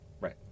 Right